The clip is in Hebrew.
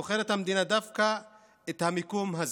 בוחרת המדינה דווקא את המיקום הזה,